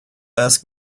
asked